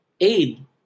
aid